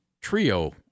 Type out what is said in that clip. trio